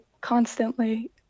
constantly